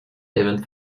even